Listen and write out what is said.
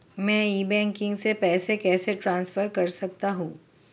मैं e banking से पैसे कैसे ट्रांसफर कर सकता हूं?